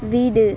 வீடு